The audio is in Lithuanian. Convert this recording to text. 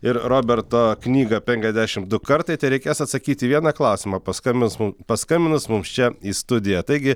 ir roberto knygą penkiasdešim du kartai tai reikės atsakyti į vieną klausimą paskambins mum paskambinus mums čia į studiją taigi